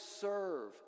serve